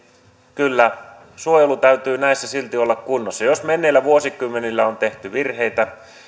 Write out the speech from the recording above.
kyllä suojelun täytyy näissä silti olla kunnossa jos menneillä vuosikymmenillä on tehty virheitä